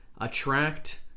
attract